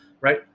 right